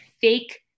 fake